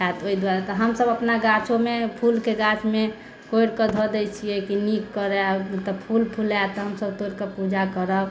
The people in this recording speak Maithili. होयत ओहि दुआरे तऽ हम सभ अपना गाछोमे फूलके गाछमे कोरिके धऽ देइ छियै कि नीक करै मतलब फूल फूलाइ तऽ हम सभ तोड़िके पूजा करब